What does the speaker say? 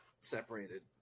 separated